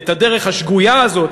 את הדרך השגויה הזאת,